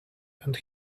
and